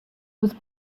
was